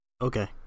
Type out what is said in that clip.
Okay